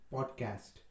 Podcast